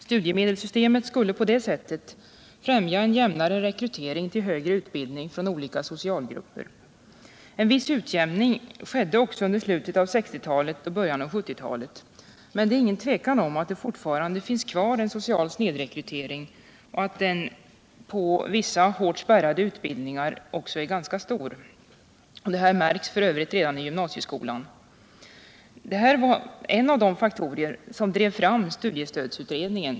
Studiemedelssystemet skulle på det sättet främja en jämnare rekrytering till högre utbildning från olika socialgrupper. En viss utjämning skedde också under slutet av 1960-talet och början av 1970-talet. Men det råder ingen tvekan om att det fortfarande finns en social snedrekrytering, och att den när det gäller vissa hårt spärrade utbildningar är ganska stor. Detta märks redan i gymnasieskolan. Det här var en av de faktorer som drev fram studiestödsutredningen.